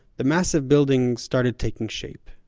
the massive building started taking shape.